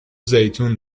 زیتون